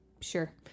Sure